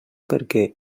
perquè